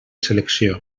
selecció